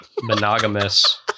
monogamous